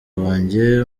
wanjye